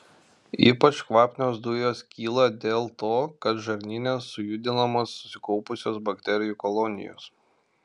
ypač kvapnios dujos kyla dėl to kad žarnyne sujudinamos susikaupusios bakterijų kolonijos